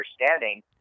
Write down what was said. understanding